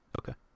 Okay